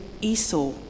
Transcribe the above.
Esau